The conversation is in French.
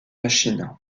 machine